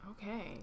Okay